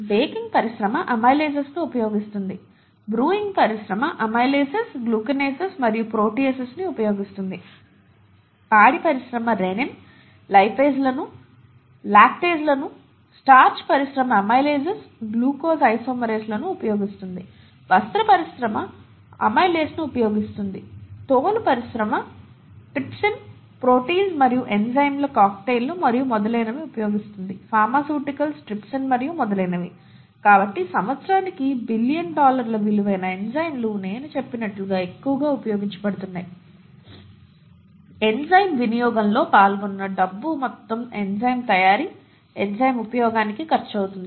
baking పరిశ్రమ అమైలేస్లను ఉపయోగిస్తుంది బ్రూయింగ్ పరిశ్రమ అమైలేసెస్ గ్లూకనేసెస్ మరియు ప్రోటీయేసెస్ని ఉపయోగిస్తుంది పాడి పరిశ్రమ రెన్నిన్ లిపేసులు లాక్టేజ్లు స్టార్చ్ పరిశ్రమ అమైలేసెస్ గ్లూకోజ్ ఐసోమెరేస్ ఉపయోగిస్తుంది వస్త్ర పరిశ్రమ అమైలేస్ను ఉపయోగిస్తుంది తోలులెథర్ పరిశ్రమ ట్రిప్సిన్ ప్రోటీజ్ మరియు ఎంజైమ్ల కాక్టెయిల్లు మరియు మొదలైనవి ఫార్మాస్యూటికల్స్ ట్రిప్సిన్ మరియు మొదలైనవి కాబట్టి సంవత్సరానికి బిలియన్ డాలర్ల విలువైన ఎంజయ్మ్స్ నేను చెప్పినట్లుగా ఎక్కువగా ఉపయోగించబడుతున్నాయి ఎంజైమ్ వినియోగంలో పాల్గొన్న డబ్బు మొత్తం ఎంజైమ్ తయారీ ఎంజైమ్ ఉపయోగానికి ఖర్చవుతుంది